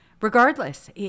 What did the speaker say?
Regardless